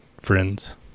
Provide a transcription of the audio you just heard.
friends